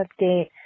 update